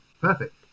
Perfect